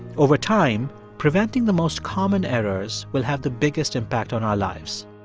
over time, preventing the most common errors will have the biggest impact on our lives.